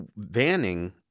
vanning